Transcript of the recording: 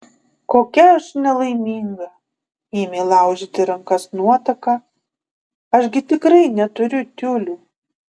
kokia aš nelaiminga ėmė laužyti rankas nuotaka aš gi tikrai neturiu tiulių